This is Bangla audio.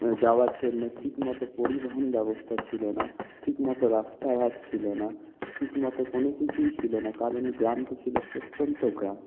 যাওয়ার জন্য ঠিকমতো পরিবহন ব্যবস্থা ছিল না ঠিকমতো রাস্তাঘাট ছিল না ঠিকমতো কোনো কিছুই ছিল না কারণ গ্রামটা ছিল প্রত্যন্ত গ্রাম